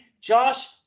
Josh